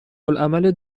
العمل